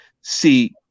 See